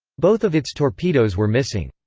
both of its torpedoes were missing.